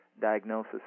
diagnosis